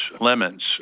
Lemons